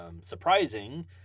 surprising